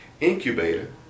incubator